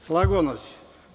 Slagao nas je.